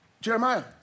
Jeremiah